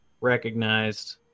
recognized